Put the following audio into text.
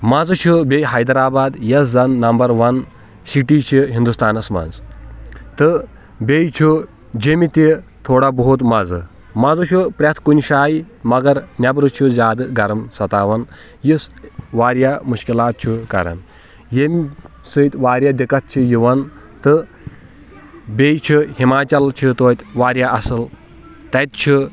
مزٕ چھُ بییٚہِ حیدرآباد یۄس زن نمبر ون سٹی چھِ ہندوستانس منٛز تہٕ بییٚہِ چھُ جٔمہِ تہِ تھوڑا بہت مزٕ مزٕ چھُ پرٮ۪تھ کُنہِ جایہِ مگر نٮ۪برٕ چھُ زیادٕ گرم ستاوان یُس واریاہ مشکلات چھُ کران ییٚمہِ سۭتۍ واریاہ دٕکتھ چھِ یِوان تہٕ بییٚہِ چھِ ہماچل چھِ تویتہِ واریاہ اصل تتہِ چھُ